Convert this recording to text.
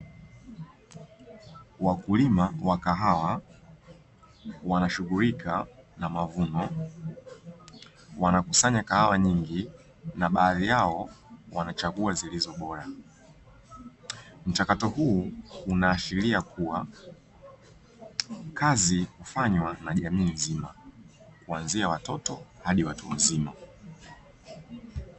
Wakulima wa kahawa wanashughulika na mavuno, wanakusanya kahawa nyingi na baadhi yao wanachagua zilizo bora. Mchakato huu unaashiria kuwa kazi hufanywa na jamii nzima, kuanzia watoto hadi watu wazima.